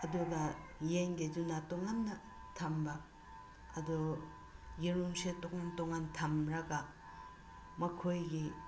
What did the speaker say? ꯑꯗꯨꯅ ꯌꯦꯟꯒꯤꯗꯨꯅ ꯇꯣꯉꯥꯟꯅ ꯊꯝꯕ ꯑꯗꯨ ꯌꯦꯔꯨꯝꯁꯦ ꯇꯣꯉꯥꯟ ꯇꯣꯉꯥꯟ ꯊꯝꯂꯒ ꯃꯈꯣꯏꯒꯤ